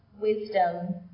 wisdom